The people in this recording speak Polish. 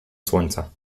słońca